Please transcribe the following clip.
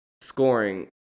scoring